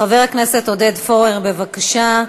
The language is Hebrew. חבר הכנסת עודד פורר, בבקשה.